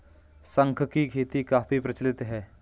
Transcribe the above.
शंख की खेती काफी प्रचलित है